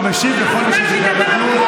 והוא משיב לכל מי ששאל.